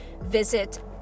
Visit